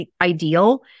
ideal